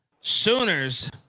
Sooners